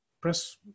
press